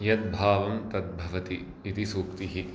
यद्भावं तद्भवति इति सूक्तिः